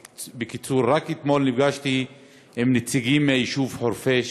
בקיצור: רק אתמול נפגשתי כאן בכנסת עם נציגים מהיישוב חורפיש,